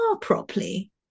properly